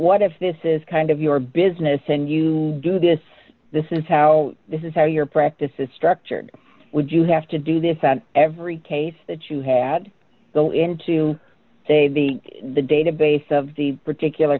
what if this is kind of your business and you do this this is how this is how your practice is structured would you have to do this on every case that you had go into the database of the particular